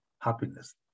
happiness